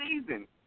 season